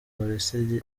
polisi